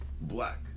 black